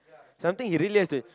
something he really has to